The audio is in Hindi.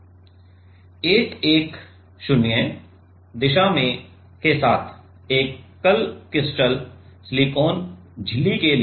1 1 0 दिशा के साथ एकल क्रिस्टल सिलिकॉन झिल्ली के लिए